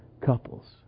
couples